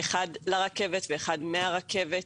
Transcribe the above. אחד לרכבת ואחד מהרכבת.